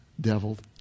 deviled